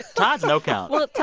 todd's no count well,